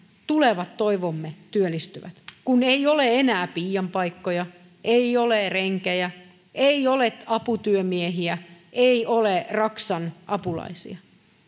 tulevat toivomme työllistyvät kun ei ole enää piian paikkoja ei ole renkejä ei ole aputyömiehiä ei ole raksan apulaisia